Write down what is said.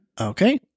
Okay